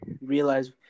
realize